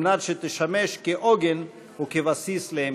על מנת שתשמש כעוגן ובסיס להמשך.